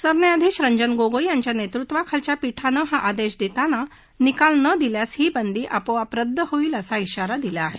सरन्यायाधिश रंजन गोगोई यांच्या नेतृत्वाखालच्या पीठानं हा आदेश देताना निकाल न दिल्यास ही बंदी आपोआप रद्द होईल असा शिवारा दिला आहे